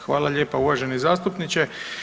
Hvala lijepa uvaženi zastupniče.